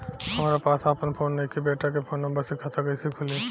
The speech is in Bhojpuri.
हमरा पास आपन फोन नईखे बेटा के फोन नंबर से खाता कइसे खुली?